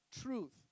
truth